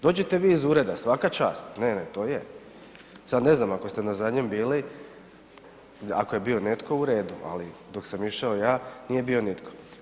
Dođete vi iz ureda, svaka čast, ne, ne to je, sad ne znam ako ste na zadnjem bili, ako je bio netko u redu, ali dok sam išao ja nije bio nitko.